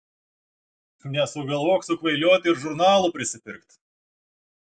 nesugalvok sukvailiot ir žurnalų prisipirkt